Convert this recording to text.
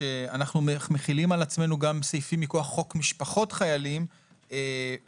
שאנחנו מחילים על עצמנו גם סעיפים מכוח חוק משפחות חיילים והסעיפים